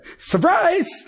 Surprise